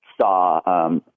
saw –